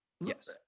Yes